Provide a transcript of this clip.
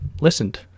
listened